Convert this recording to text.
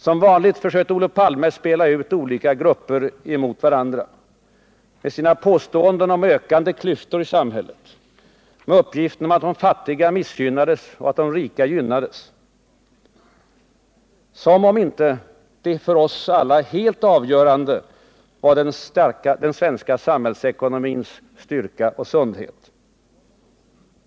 Som vanligt försökte Olof Palme spela ut olika grupper mot varandra med sina påståenden om ökande 153 klyftor i samhället, med uppgiften om att de fattiga missgynnades och att de rika gynnades — som om inte det för oss alla helt avgörande var den svenska samhällsekonomins styrka och sundhet.